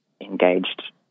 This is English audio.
engaged